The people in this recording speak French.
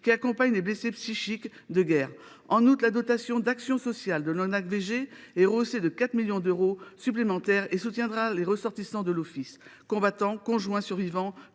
qui accompagnent les blessés psychiques de guerre. En outre, la dotation d’action sociale de l’ONACVG est rehaussée de 4 millions d’euros supplémentaires et soutiendra les ressortissants de l’Office : combattants, conjoints survivants,